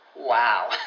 Wow